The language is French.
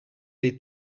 les